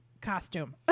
costume